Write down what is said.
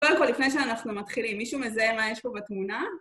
קודם כל, לפני שאנחנו מתחילים, מישהו מזהה מה יש פה בתמונה?